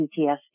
PTSD